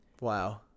Wow